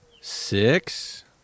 Six